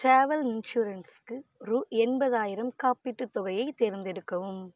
travel இன்சூரன்ஸுக்கு ரூ எண்பதாயிரம் காப்பீட்டுத் தொகையை தேர்ந்தெடுக்கவும்